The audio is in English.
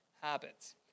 Habits